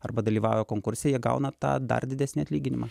arba dalyvauja konkurse jie gauna tą dar didesnį atlyginimą